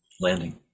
landing